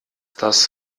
das